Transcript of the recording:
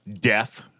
Death